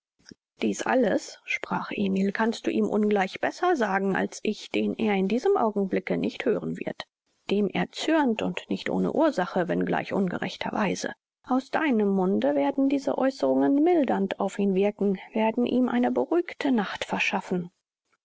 dieß alles sprach emil kannst du ihm ungleich besser sagen als ich den er in diesem augenblicke nicht hören wird dem er zürnt und nicht ohne ursache wenngleich ungerechter weise aus deinem munde werden diese aeußerungen mildernd auf ihn wirken werden ihm eine beruhigte nacht verschaffen